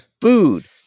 food